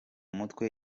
mutwe